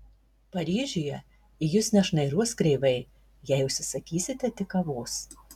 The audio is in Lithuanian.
paryžiuje į jus nešnairuos kreivai jei užsisakysite tik kavos